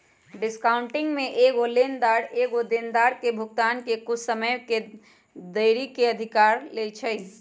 discounting में एगो लेनदार एगो देनदार के भुगतान में कुछ समय के देरी के अधिकार लेइ छै